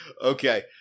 okay